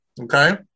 Okay